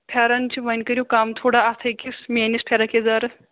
پھٮ۪رن چھِ وۄنۍ کٔرِو کَم تھوڑا اَتھ أکِس میٛٲنِس فِراکھ یَزارَس